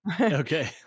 Okay